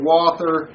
Wather